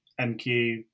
MQ